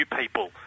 people